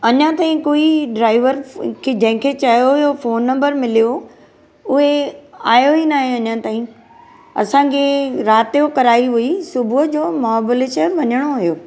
अञा ताईं कोई ड्राइवर जंहिंखे चयो हुयो फ़ोन नंबर मिलियो उहे आहियो ई न आहे अञा ताईं असांखे राति जो कराई हुई सुबुह जो महाबलेश्वर वञिणो हुयो